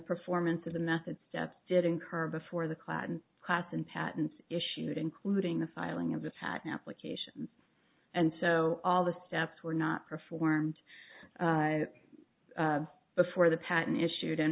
performance of the method steps did incur before the class and class and patents issued including the filing of attack applications and so all the steps were not performed before the patent issued